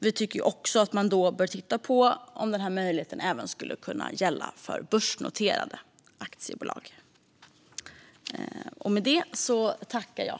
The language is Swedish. Vi tycker också att man då bör titta på om denna möjlighet även skulle kunna gälla för börsnoterade aktiebolag.